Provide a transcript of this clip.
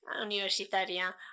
Universitaria